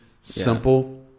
simple